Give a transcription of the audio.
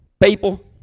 people